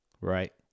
Right